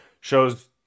shows